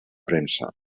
premsa